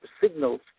signals